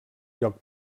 lloc